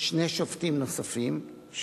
שני שופטים נוספים,